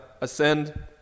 ascend